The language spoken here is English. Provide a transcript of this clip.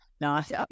Nice